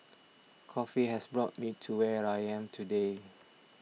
coffee has brought me to where I am today